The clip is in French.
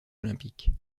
olympiques